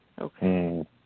Okay